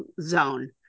zone